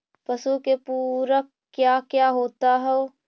पशु के पुरक क्या क्या होता हो?